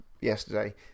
yesterday